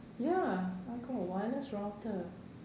ya I got a wireless router